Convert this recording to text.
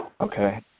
Okay